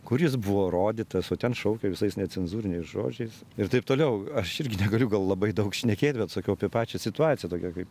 kur jis buvo rodytas o ten šaukia visais necenzūriniais žodžiais ir taip toliau aš irgi negaliu gal labai daug šnekėt bet sakau apie pačią situaciją tokią kai